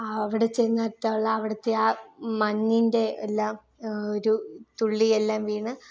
അവിടെ ചെന്നെത്തിയാലുള്ള അവിടത്തെ ആ മഞ്ഞിൻ്റെ എല്ലാം ഒരു തുള്ളിയെല്ലാം വീണ്